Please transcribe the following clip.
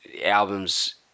albums